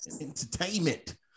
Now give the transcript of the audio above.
entertainment